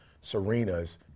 Serena's